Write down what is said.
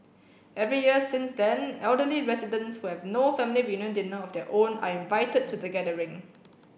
every year since then elderly residents who have no family reunion dinner of their own are invited to the gathering